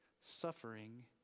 suffering